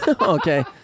Okay